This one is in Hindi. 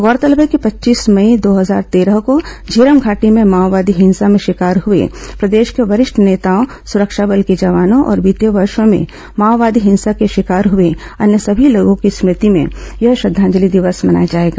गौरतलब है कि पच्चीस मई दो हजार तेरह को झीरम घाटी में माओवादी हिंसा के शिकार हुए प्रदेश के वरिष्ठ नेताओं सुरक्षा बल के जवानों और बीते वर्षों में माओवादी हिंसा के शिकार हुए अन्य सभी लोगों की स्मृति में यह श्रद्वांजलि दिवस मनाया जाएगा